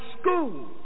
school